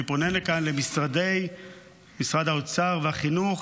אני פונה מכאן למשרדי האוצר והחינוך: